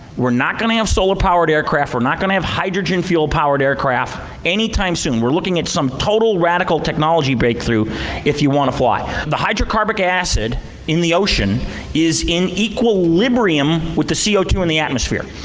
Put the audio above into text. we're not going to have solar powered aircraft. we're not going to have hydrogen fuel powered aircraft anytime soon. we're looking at some total radical technology breakthrough if you want to fly. the hydrocarbonic acid in the ocean is in equilibrium with the c o two in the atmosphere.